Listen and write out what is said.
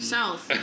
South